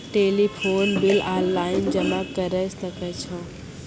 Telephone bill online जमा करै सकै छौ?